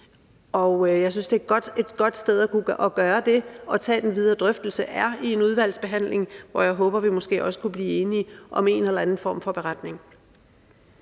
jeg synes, at et godt sted at gøre det er at tage den videre drøftelse i en udvalgsbehandling. Jeg håber, at vi måske også kan blive enige om en eller anden form for beretning.